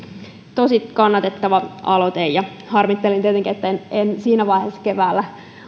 tosi kannatettava aloite ja harmittelen tietenkin että en en siinä vaiheessa keväällä